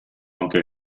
aunque